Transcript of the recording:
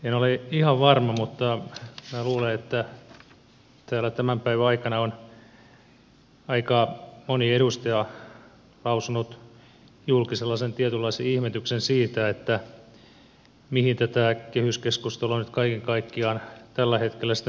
en ole ihan varma mutta minä luulen että täällä tämän päivän aikana on aika moni edustaja lausunut julki sellaisen tietynlaisen ihmetyksen siitä mihin tätä kehyskeskustelua nyt kaiken kaikkiaan tällä hetkellä sitten tarvitaan